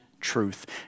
truth